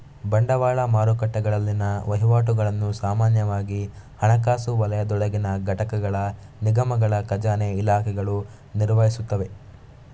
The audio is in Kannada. ಬಂಡವಾಳ ಮಾರುಕಟ್ಟೆಗಳಲ್ಲಿನ ವಹಿವಾಟುಗಳನ್ನು ಸಾಮಾನ್ಯವಾಗಿ ಹಣಕಾಸು ವಲಯದೊಳಗಿನ ಘಟಕಗಳ ನಿಗಮಗಳ ಖಜಾನೆ ಇಲಾಖೆಗಳು ನಿರ್ವಹಿಸುತ್ತವೆ